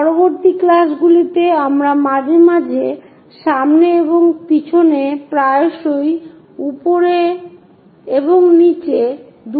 পরবর্তী ক্লাসগুলিতে আমরা মাঝে মাঝে সামনে এবং পিছনে প্রায়শই উপরে এবং নীচে দুটি শব্দ ব্যবহার করি